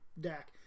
Dak